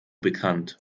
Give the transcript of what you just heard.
bekannt